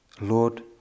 Lord